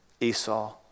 Esau